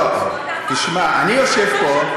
לא, תשמע, אני יושב פה,